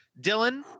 Dylan